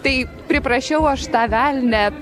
taip priprašiau aš tą velnią